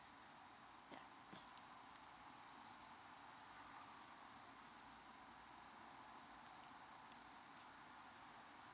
ya so